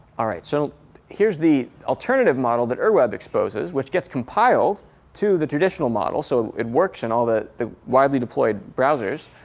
so here's the alternative model that ur web exposes, which gets compiled to the traditional model. so it works in all the the widely deployed browsers.